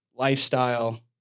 Lifestyle